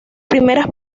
primeras